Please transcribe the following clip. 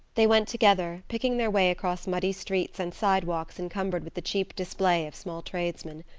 they went together, picking their way across muddy streets and sidewalks encumbered with the cheap display of small tradesmen.